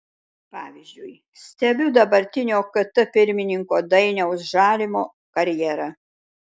pavyzdžiui stebiu dabartinio kt pirmininko dainiaus žalimo karjerą